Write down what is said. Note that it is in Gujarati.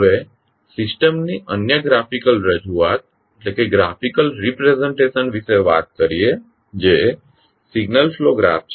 હવે સિસ્ટમની અન્ય ગ્રાફિકલ રજૂઆત વિશે વાત કરીએ જે સિગ્નલ ફ્લો ગ્રાફ છે